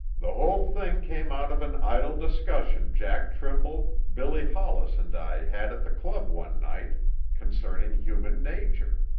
the whole thing came out of an idle discussion jack trimble, billy hollis and i had at the club one night concerning human nature.